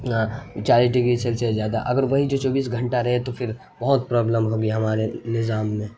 چالیس degree Celsius زیادہ اگر وہی جو چوبیس گھنٹہ رہے تو پھر بہت پرابلم ہوگی ہمارے نظام میں